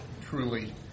truly